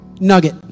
Nugget